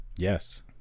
Yes